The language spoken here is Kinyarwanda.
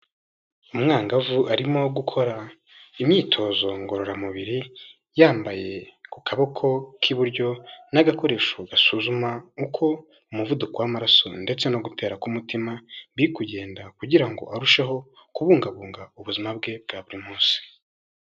Umwangavu arimo gukora imyitozo ngororamubiri, yambaye ku kaboko k'iburyo n'agakoresho gasuzuma uko umuvuduko w'amaraso ndetse no gutera k'umutima biri kugenda kugira ngo arusheho kubungabunga ubuzima bwe bwa buri munsi.